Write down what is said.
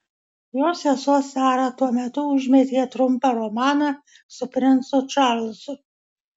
jos sesuo sara tuo metu užmezgė trumpą romaną su princu čarlzu